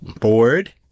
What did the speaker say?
board